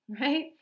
right